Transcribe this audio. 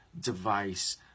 device